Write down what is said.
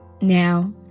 Now